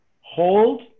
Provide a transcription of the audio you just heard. hold